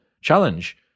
challenge